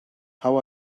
how